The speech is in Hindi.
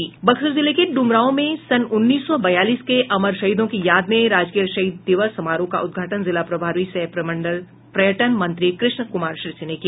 बक्सर जिले के ड्मराव में सन उन्नीस सौ बयालीस के अमर शहीदों की याद में राजकीय शहीद दिवस समारोह का उद्घाटन जिला प्रभारी सह पयर्टन मंत्री कृष्ण कुमार ऋषि ने किया